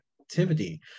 activity